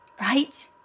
Right